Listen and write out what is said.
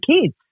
kids